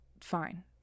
fine